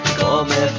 come